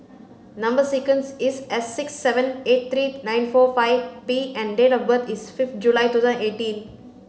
number sequence is S six seven eight three nine four five P and date of birth is fifth July two thousand eighteen